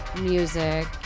music